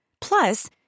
Plus